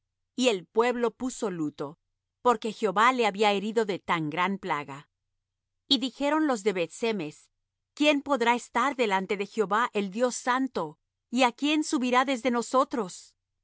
y el pueblo puso luto porque jehová le había herido de tan gran plaga y dijeron los de beth-semes quién podrá estar delante de jehová el dios santo y á quién subirá desde nosotros